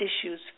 issues